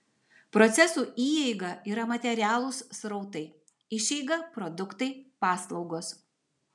procesų įeiga yra materialūs srautai išeiga produktai paslaugos